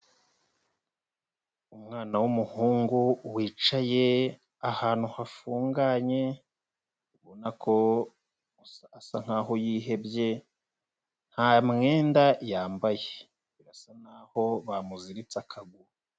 Umwana w'umuhungu wicaye ahantu hafunganye ubona ko asa nkaho yihebye, nta mwenda yambaye, birasa nkaho bamuziritse akaguru.